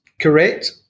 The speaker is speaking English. Correct